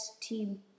team